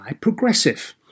Progressive